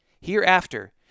hereafter